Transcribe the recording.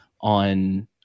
on